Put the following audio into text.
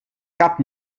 cap